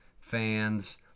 Fans